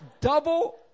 Double